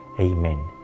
Amen